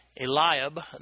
Eliab